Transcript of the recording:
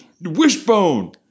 wishbone